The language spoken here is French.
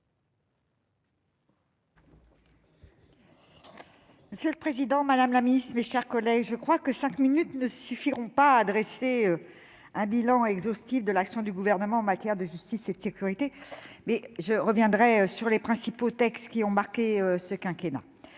Monsieur le président, madame la ministre, mes chers collègues, cinq minutes ne suffiront pas à dresser un bilan exhaustif de l'action du Gouvernement en matière de justice et de sécurité, mais je reviendrai sur les principaux textes qui ont marqué ce quinquennat.